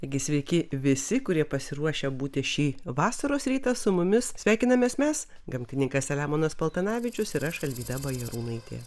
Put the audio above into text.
taigi sveiki visi kurie pasiruošę būti šį vasaros rytą su mumis sveikinamės mes gamtininkas selemonas paltanavičius ir aš alvyda bajorūnaitė